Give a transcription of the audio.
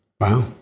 Wow